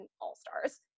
All-Stars